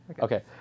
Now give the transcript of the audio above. Okay